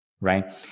right